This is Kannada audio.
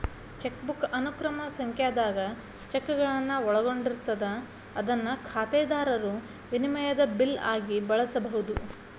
ಚೆಕ್ಬುಕ್ ಅನುಕ್ರಮ ಸಂಖ್ಯಾದಾಗ ಚೆಕ್ಗಳನ್ನ ಒಳಗೊಂಡಿರ್ತದ ಅದನ್ನ ಖಾತೆದಾರರು ವಿನಿಮಯದ ಬಿಲ್ ಆಗಿ ಬಳಸಬಹುದು